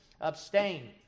Abstain